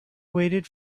waited